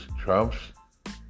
Trump's